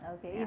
Okay